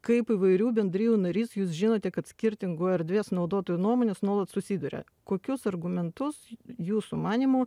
kaip įvairių bendrijų narys jūs žinote kad skirtingų erdvės naudotojų nuomonės nuolat susiduria kokius argumentus jūsų manymu